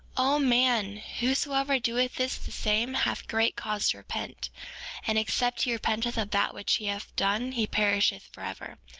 o man, whosoever doeth this the same hath great cause to repent and except he repenteth of that which he hath done he perisheth forever,